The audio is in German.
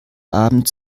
abend